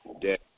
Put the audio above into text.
Dead